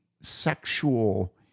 sexual